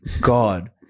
God